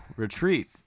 Retreat